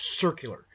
circular